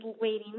waiting